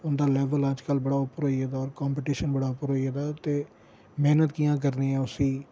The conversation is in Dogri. उं'दा लेवल अज्जकल बड़ा उप्पर होई गेदा कांपीटिशन बड़ा उप्पर होई गेदा ते मेह्नत कि'यां करनी ऐ उसी